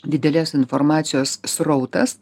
didelės informacijos srautas